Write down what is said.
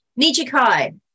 Nijikai